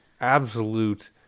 absolute